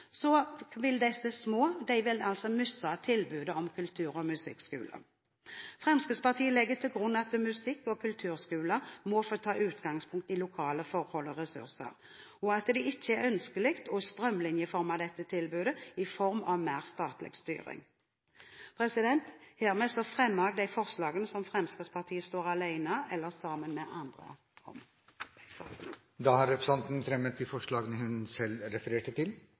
vil disse små miste tilbudet om kultur- og musikkskole. Fremskrittspartiet legger til grunn at musikk- og kulturskoler må få ta utgangspunkt i lokale forhold og ressurser, og at det ikke er ønskelig å strømlinjeforme dette tilbudet i form av mer statlig styring. Avslutningsvis fremmer jeg de forslagene som Fremskrittspartiet har alene, og de som vi står sammen med andre partier om. Representanten Bente Thorsen har tatt opp de forslagene hun refererte til.